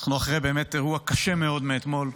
אנחנו אחרי אירוע באמת קשה מאוד אתמול,